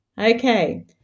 Okay